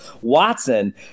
Watson